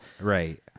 Right